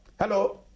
Hello